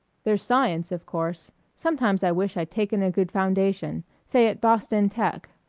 there's science, of course sometimes i wish i'd taken a good foundation, say at boston tech.